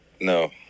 No